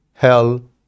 hell